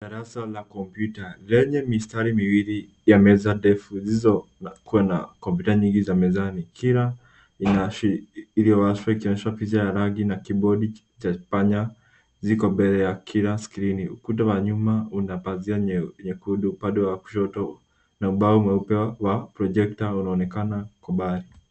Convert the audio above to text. Darasa la kompyuta lenye mistari miwili ya meza ndefu zilizokuwa na kompyuta nyingi za mezani. Kila iliyowashwa ikionyesha picha ya rangi na kibodi cha panya ziko mbele ya kila skrini. Ukuta wa nyuma una pazia nyekundu upande wa kushoto na ubao mweupe wa projekta unaonekana kwa mbali.